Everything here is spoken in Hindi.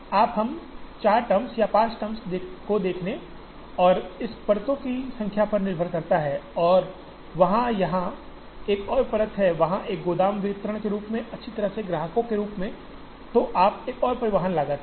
इसलिए आप हम 4 टर्म्स या 5 टर्म्स को देखने और इस परतों की संख्या पर निर्भर करता है और अगर वहाँ यहाँ एक और परत है वहाँ एक गोदाम वितरण के रूप में अच्छी तरह से ग्राहक के रूप में तो आप एक और परिवहन लागत है